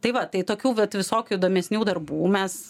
tai va tai tokių vat visokių įdomesnių darbų mes